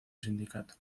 sindicato